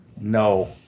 No